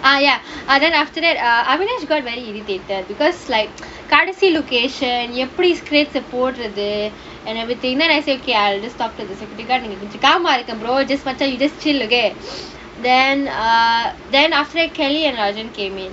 ah ya and then after that err ahvanesh got very irritated because like கடைசி:kadaisi location எப்படி:eppadi scratch lah போடுறது:podurathu and everything then I say okay I just talk to the security guard நீங்க கொஞ்சம்:neenga konjam ah இருங்க:irunga brother just what you you just chill again then err then after that kelly and arjun came in